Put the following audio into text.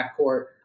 backcourt